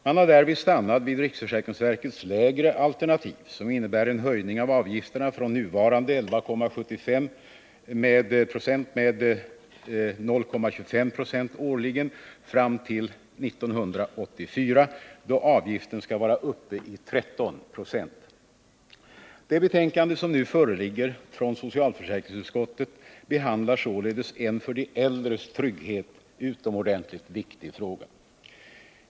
Man har därvid stannat vid riksförsäkringsverkets lägre alternativ, som innebär en höjning av avgifterna från nuvarande 11,75 96 med 0,25 96 årligen fram till 1984, då avgiften skall vara uppe i 13 «6. Det betänkande som nu föreligger från socialförsäkringsutskottet behandlar således en för de äldres trygghet utomordentligt viktig fråga.